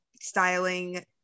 styling